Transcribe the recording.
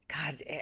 God